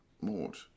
Mort